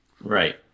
Right